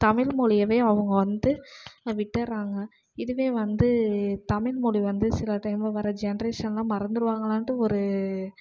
தமிழ்மொழியவே அவங்க வந்து விட்டுடறாங்க இதுவே வந்து தமிழ்மொழி வந்து சில டைமில் வர ஜென்ட்ரேஷன்லாம் மறந்துடுவாங்களான்ட்டு ஒரு